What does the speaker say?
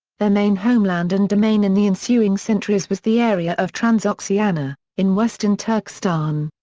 their main homeland and domain in the ensuing centuries was the area of transoxiana, in western turkestan.